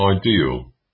ideal